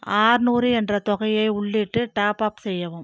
அறுநூறு என்ற தொகையை உள்ளிட்டு டாப்அப் செய்யவும்